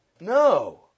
no